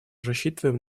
рассчитываем